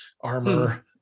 armor